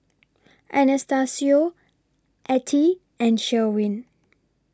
Anastacio Ettie and Sherwin